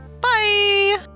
Bye